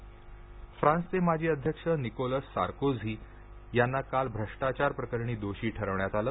Sarkozy दोषी फ्रान्सचे माजी अध्यक्ष निकोलस सार्कोझी यांना काल भ्रष्टाचार प्रकरणी दोषी ठरवण्यात आलं